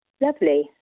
lovely